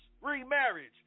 remarriage